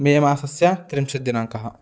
मे मासस्य त्रिंशत् दिनाङ्कः